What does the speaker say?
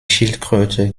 schildkröte